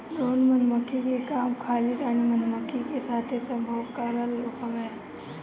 drone मधुमक्खी के काम खाली रानी मधुमक्खी के साथे संभोग करल हवे